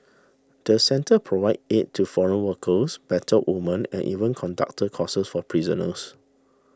the centre provided aid to foreign workers battered woman and even conducted courses for prisoners